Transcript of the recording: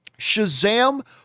Shazam